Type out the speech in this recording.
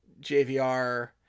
JVR